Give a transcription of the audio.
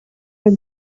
are